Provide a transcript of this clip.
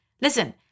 Listen